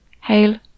Hail